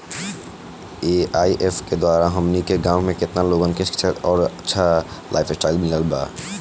AIF के द्वारा हमनी के गांव में केतना लोगन के शिक्षा और अच्छा लाइफस्टाइल मिलल बा